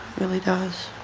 really does.